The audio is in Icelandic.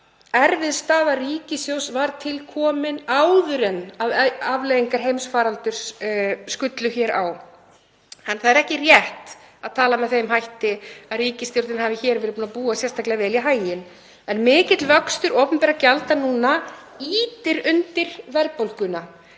erfið staða ríkissjóðs var til komin áður en afleiðingar heimsfaraldurs skullu hér á. Það er ekki rétt að tala með þeim hætti að ríkisstjórnin hafi hér verið búin að búa sérstaklega vel í haginn. Mikill vöxtur opinberra gjalda nú ýtir undir verðbólguna.